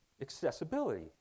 Accessibility